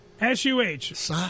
S-U-H